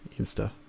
Insta